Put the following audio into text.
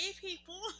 people